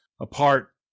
apart